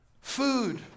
Food